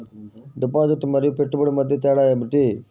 Deposit మరియు పెట్టుబడి మధ్య తేడా ఏమిటి?